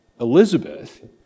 Elizabeth